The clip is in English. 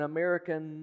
American